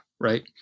right